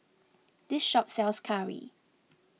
this shop sells Curry